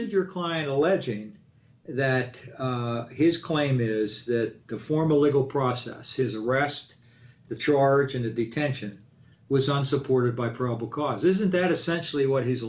is your client alleging that his claim is d that the formal legal process his arrest the charge into detention was not supported by pro because isn't that essentially what h